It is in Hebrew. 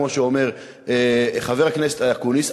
כמו שאומר חבר הכנסת אקוניס,